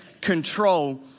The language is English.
control